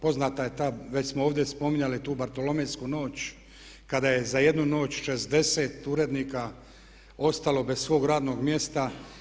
Poznato je, već smo ovdje spominjali tu bartolomejsku noć, kada je za jednu noć 60 urednika ostalo bez svog radnog mjesta.